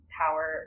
power